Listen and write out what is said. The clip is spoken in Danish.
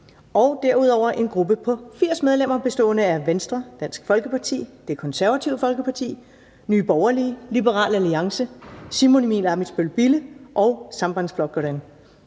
en gruppe på 80 medlemmer: Venstre, Dansk Folkeparti, Det Konservative Folkeparti, Nye Borgerlige, Liberal Alliance, Simon Emil Ammitzbøll Bille (UFG) og Sambandsflokkurin.